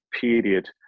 period